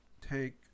take